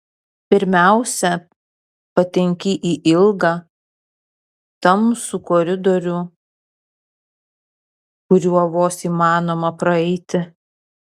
pirmiausia patenki į ilgą tamsų koridorių kuriuo vos įmanoma praeiti